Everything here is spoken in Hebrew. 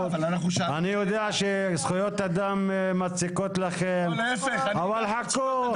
אני יודע שזכויות אדם מציקות לכם, אבל חכו.